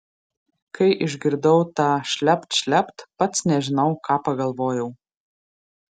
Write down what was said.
kai išgirdau tą šlept šlept pats nežinau ką pagalvojau